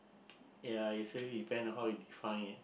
ya it's really depend on how you define it